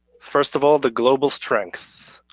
first of all the global strength.